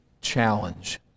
challenge